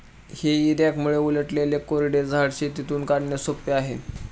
हेई रॅकमुळे उलटलेले कोरडे झाड शेतातून काढणे सोपे आहे